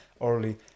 early